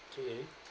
okay